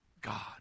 God